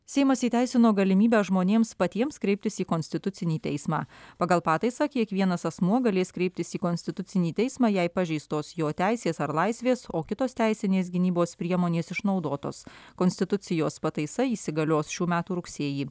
seimas įteisino galimybę žmonėms patiems kreiptis į konstitucinį teismą pagal pataisą kiekvienas asmuo galės kreiptis į konstitucinį teismą jei pažeistos jo teisės ar laisvės o kitos teisinės gynybos priemonės išnaudotos konstitucijos pataisa įsigalios šių metų rugsėjį